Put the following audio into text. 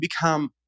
become